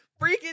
freaking